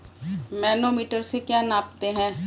Manometer से क्या नापते हैं?